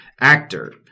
Actor